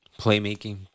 Playmaking